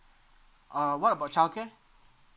uh what about childcare